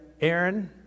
Aaron